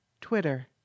Twitter